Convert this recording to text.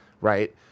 Right